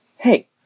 Hey